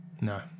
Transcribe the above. No